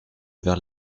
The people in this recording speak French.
vers